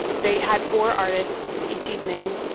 they had four artists each evening.